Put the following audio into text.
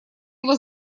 его